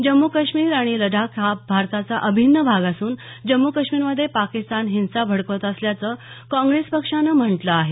जम्मू काश्मीर आणि लडाख हा भारताचा अभिन्न भाग असून जम्मू काश्मीरमध्ये पाकिस्तान हिंसा भडकावत असल्याचं काँग्रेस पक्षानं म्हटलं आहे